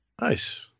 Nice